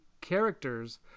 characters